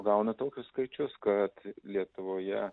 gaunu tokius skaičius kad lietuvoje